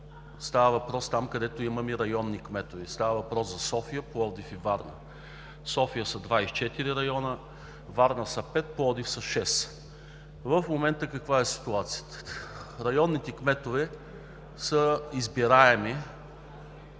Става въпрос за там, където имаме районни кметове, става въпрос за София, Пловдив и Варна. В София са 24 района, във Варна са пет, в Пловдив са шест. В момента каква е ситуацията? Районните кметове са избираеми